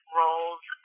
roles